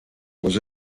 was